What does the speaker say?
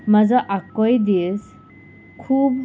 म्हाजो आख्खोय दीस खूब